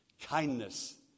kindness